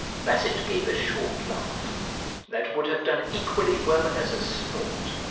basset gave a short laugh that would have done equally well as a snort,